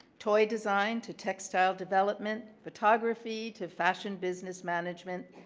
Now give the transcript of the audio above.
toy design to textile development, photography to fashion business management.